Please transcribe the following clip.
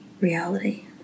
reality